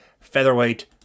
Featherweight